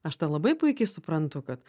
aš tai labai puikiai suprantu kad